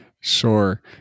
Sure